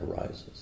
arises